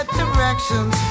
directions